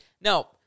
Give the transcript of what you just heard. Now